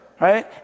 right